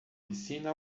piscina